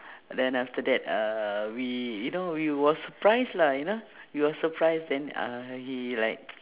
then after that uhh we you know we were surprised lah you know we were surprised then uh he like